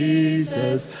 Jesus